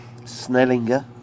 snellinger